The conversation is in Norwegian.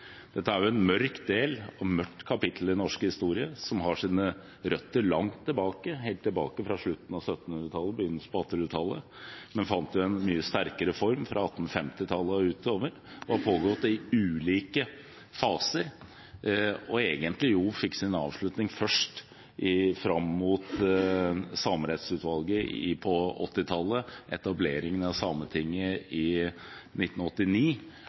Dette er en mørk del av, et mørkt kapittel i, norsk historie som har sine røtter helt tilbake til slutten av 1700-tallet og begynnelsen av 1800-tallet, men som fant en mye sterkere form fra 1850-tallet og utover. Det har pågått i ulike faser og fikk egentlig først sin avslutning med Samerettsutvalget på 1980-tallet og etableringen av Sametinget i 1989